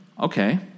okay